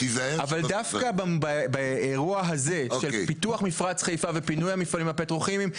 אבל דווקא באירוע הזה של פיתוח מפרץ חיפה ופינוי המפעלים הפטרוכימיים,